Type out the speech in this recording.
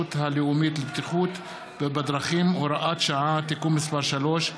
הלאומית לבטיחות בדרכים (הוראת שעה) (תיקון מס' 3),